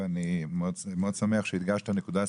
ואני מאוד שמח שהדגשת נקודה ספציפית,